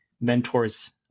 mentors